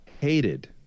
hated